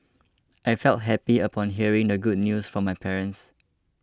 I felt happy upon hearing the good news from my parents